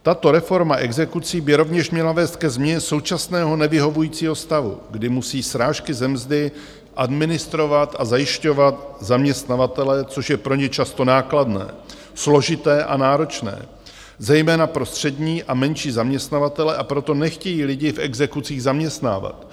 Tato reforma exekucí by rovněž měla vést ke změně současného nevyhovujícího stavu, kdy musí srážky ze mzdy administrovat a zajišťovat zaměstnavatelé, což je pro ně často nákladné, složité a náročné, zejména pro střední a menší zaměstnavatele, a proto nechtějí lidi v exekucích zaměstnávat.